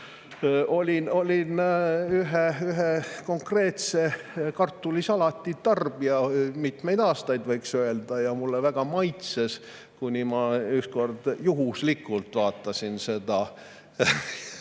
Olin ühe konkreetse kartulisalati tarbija mitmeid aastaid, võiks öelda, ja mulle väga maitses see, kuni ma ükskord juhuslikult vaatasin selle